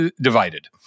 divided